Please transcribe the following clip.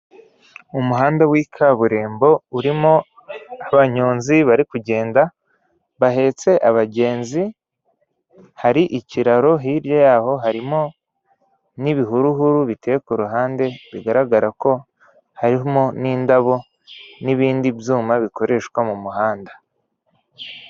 Umuhanda w'ikaburimbo urimo abanyonzi bari kugenda bahetse abagenzi, hari ikiraro hirya y'aho harimo n'ibihuruhuru biteye ku ruhande bigaragara ko harimo n'indabo n'ibindi byuma bikoreshwa mu muhanda.